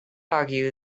argue